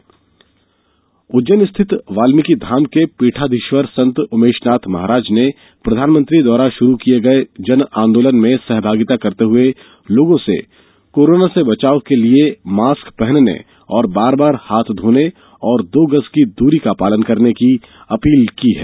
जन आंदोलन उज्जैन स्थित बाल्मिकी धाम के पीठाधीश्वर संत उमेशनाथ महाराज ने प्रधानमंत्री द्वारा शुरू किये गए जन आंदोलन में सहभागिता करते हुए लोगों से कोरोना से बचाव के लिए मास्क पहनने और बार बार हाथ धोने और दो गज की दूरी का पालन करने की अपील की है